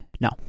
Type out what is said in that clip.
No